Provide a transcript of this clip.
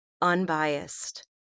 unbiased